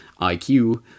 IQ